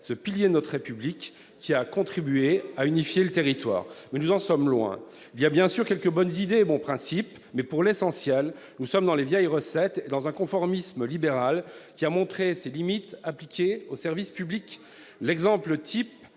ce pilier de notre République, qui a contribué à unifier le territoire. Mais nous en sommes loin ! Il y a bien sûr quelques bonnes idées et bons principes, mais, pour l'essentiel, nous sommes dans les vieilles recettes, et dans un conformisme libéral qui a montré ses limites appliquées au service public. Qu'avez-vous